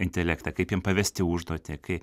intelektą kaip jam pavesti užduotį kai